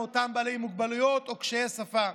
מאותם בעלי מוגבלויות או קשיי שפה,